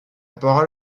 parole